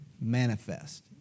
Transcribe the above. manifest